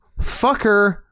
fucker